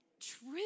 True